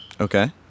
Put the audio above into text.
Okay